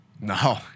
No